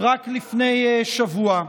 רק לפני שבוע.